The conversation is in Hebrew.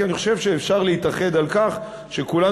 כי אני חושב שאפשר להתאחד על כך שכולנו